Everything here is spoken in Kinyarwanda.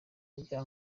agira